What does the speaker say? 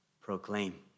proclaim